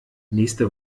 nächste